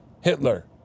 Hitler